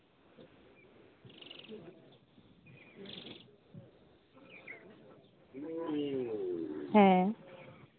ᱦᱮᱸ